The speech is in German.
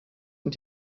und